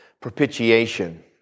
Propitiation